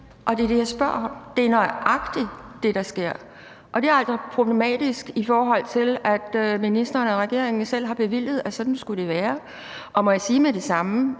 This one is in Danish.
og det er det, jeg spørger om. Det er nøjagtig det, der sker. Og det er altså problematisk, i forhold til at ministeren og regeringen selv har bevilget penge til, at sådan skulle det være. Må jeg sige med det samme,